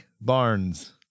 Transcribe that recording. Barnes